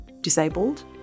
disabled